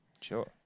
Sure